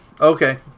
Okay